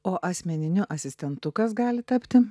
o asmeniniu asistentu kas gali tapti